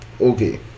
Okay